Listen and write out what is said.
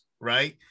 right